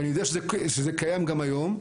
ואני יודע שזה קיים גם היום.